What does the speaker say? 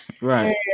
Right